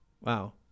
Wow